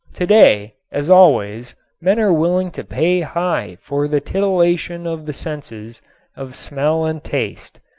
today, as always, men are willing to pay high for the titillation of the senses of smell and taste.